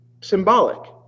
symbolic